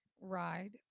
Ride